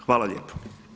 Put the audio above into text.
Hvala lijepo.